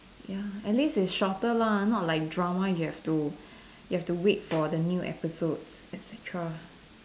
ya at least it's shorter lah not like drama you have to you have to wait for the new episodes etcetera